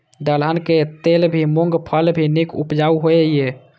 दलहन के लेल भी मूँग फसल भी नीक उपजाऊ होय ईय?